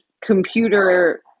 computer